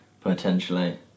potentially